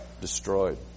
destroyed